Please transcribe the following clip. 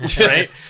right